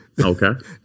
Okay